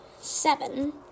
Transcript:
seven